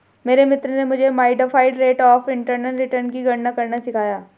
मेरे मित्र ने मुझे modified rate of internal return की गणना करना सिखाया